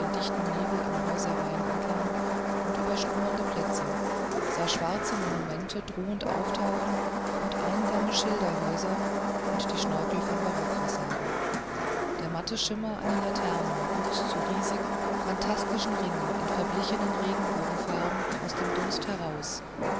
dichten nebel an häuserreihen entlang und über schlummernde plätze sah schwarze monumente drohend auftauchen und einsame schilderhäuser und die schnörkel von barockfassaden der matte schimmer einer laterne wuchs zu riesigen phantastischen ringen in verblichenen regenbogenfarben aus dem dunst heraus